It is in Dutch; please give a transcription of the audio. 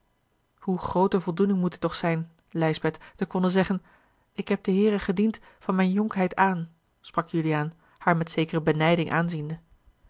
hoe groote voldoening moet dit toch zijn lijsbeth te konnen zeggen ik heb den heere gediend van mijne jonkheid aan sprak juliaan haar met zekere benijding aanziende